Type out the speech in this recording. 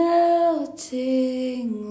Melting